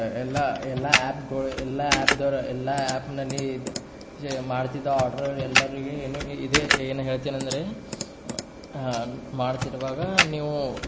ಎಲ್ಲ ಎಲ್ಲ ಆ್ಯಪ್ಗಳು ಎಲ್ಲ ಆ್ಯಪ್ದವ್ರು ಎಲ್ಲ ಆ್ಯಪ್ನಲ್ಲಿ ಇದು ಮಾಡ್ತಿದ್ದ ಆರ್ಡ್ರ್ ಎಲ್ಲರಿಗೆ ಏನು ಇದೇ ಏನು ಹೇಳ್ತಿನಂದರೆ ಮಾಡ್ತಿರುವಾಗ ನೀವು